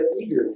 eagerly